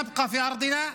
כי ידכם העליונה".